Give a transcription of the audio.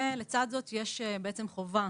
לצד זה יש חובה